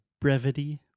brevity